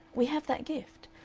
we have that gift.